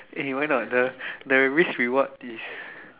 eh why not the the risk reward is